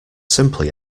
simply